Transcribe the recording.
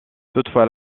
toutefois